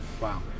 Wow